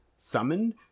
summoned